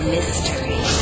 Mystery